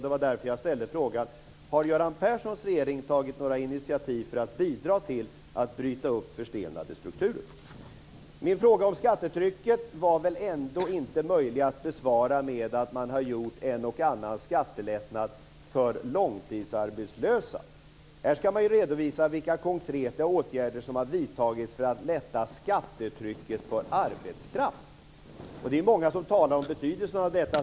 Det var därför som jag ställde frågan: Har Göran Perssons regering tagit några initiativ för att bidra till att bryta upp förstelnade strukturer? Beträffande min fråga om skattetrycket var det väl ändå inte möjligt att svara att man har gjort en och annan skattelättnad för långtidsarbetslösa. Här ska man ju redovisa vilka konkreta åtgärder som har vidtagits för att lätta skattetrycket på arbetskraft. Det är många som talar om betydelsen av detta.